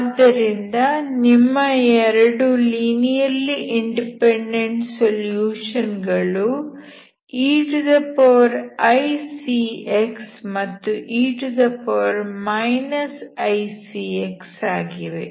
ಆದ್ದರಿಂದ ನಿಮ್ಮ 2 linearly independent solution ಗಳು eicx ಮತ್ತು e icx ಆಗಿವೆ